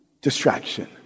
distraction